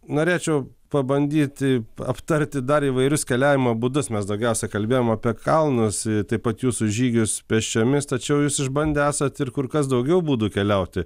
norėčiau pabandyti aptarti dar įvairius keliavimo būdus mes daugiausia kalbėjom apie kalnus taip pat jūsų žygius pėsčiomis tačiau jūs išbandę esat ir kur kas daugiau būdų keliauti